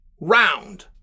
round